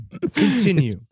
Continue